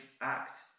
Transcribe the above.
act